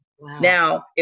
Now